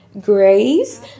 grace